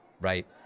Right